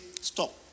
stop